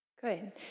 Good